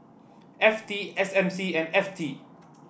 F T S M C and F T